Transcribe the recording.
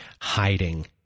hiding